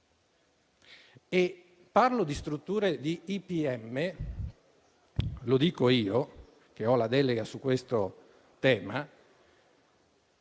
Parlo di strutture di IPM - lo dico io che ho la delega su questo tema